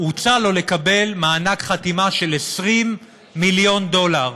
הוצע לו לקבל מענק חתימה של 20 מיליון דולר,